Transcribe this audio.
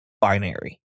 binary